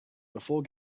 before